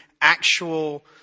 actual